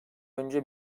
önce